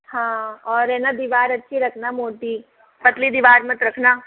हाँ और है न दीवार अच्छी रखना मोटी पतली दीवार मत रखना